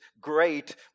great